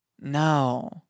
No